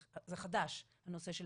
זה חדש.